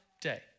day